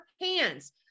hands